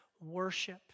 worship